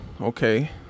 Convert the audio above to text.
Okay